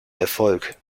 erfolg